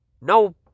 no